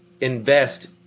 invest